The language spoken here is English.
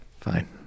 Fine